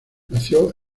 nació